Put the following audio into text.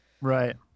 right